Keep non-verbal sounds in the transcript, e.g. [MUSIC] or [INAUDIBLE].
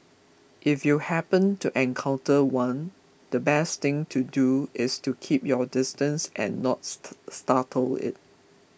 if you happen to encounter one the best thing to do is to keep your distance and not [UNINTELLIGIBLE] startle it